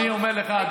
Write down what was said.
אני אומר לך,